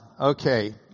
Okay